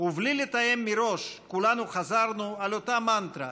ובלי לתאם מראש כולנו חזרנו על אותה מנטרה: